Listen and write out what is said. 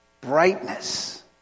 brightness